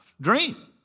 dream